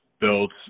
built